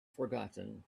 forgotten